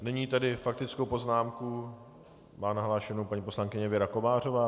Nyní tedy faktickou poznámku má nahlášenu paní poslankyně Věra Kovářová.